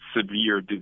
severe